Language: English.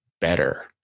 better